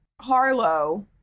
harlow